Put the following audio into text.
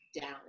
down